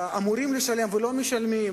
שאמורים לשלם ולא משלמים,